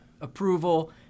approval